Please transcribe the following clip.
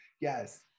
Yes